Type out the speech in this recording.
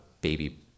baby